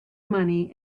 money